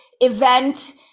event